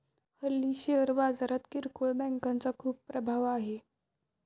हल्ली शेअर बाजारात किरकोळ बँकांचा खूप प्रभाव आहे